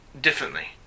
differently